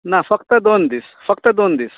ना फक्त दोन दीस फक्त दोन दीस